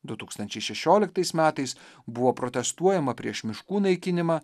du tūkstančiai šešioliktais metais buvo protestuojama prieš miškų naikinimą